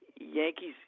Yankees